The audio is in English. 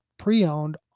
pre-owned